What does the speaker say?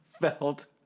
felt